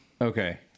Okay